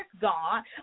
God